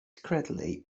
secretly